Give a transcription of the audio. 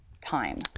time